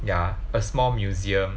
ya a small museum